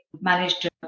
managed